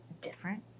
different